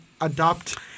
adopt